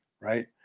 right